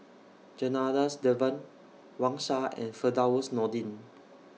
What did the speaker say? Janadas Devan Wang Sha and Firdaus Nordin